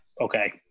okay